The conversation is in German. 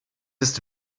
ist